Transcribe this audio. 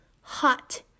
Hot